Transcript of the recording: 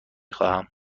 خواهم